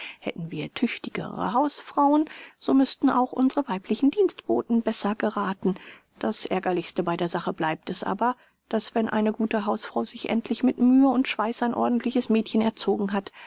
hätten wir tüchtigere hausfrauen so müßten auch unsere weiblichen dienstboten besser gerathen das aergerlichste bei der sache bleibt es aber daß wenn eine gute hausfrau sich endlich mit mühe und schweiß ein ordentliches mädchen erzogen hat